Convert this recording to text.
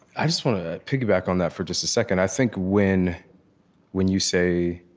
i just want to piggyback on that for just a second. i think when when you say,